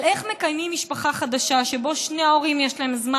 על איך מקיימים משפחה חדשה שבה לשני ההורים יש זמן,